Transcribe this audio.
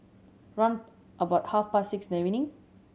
round about half past six in the evening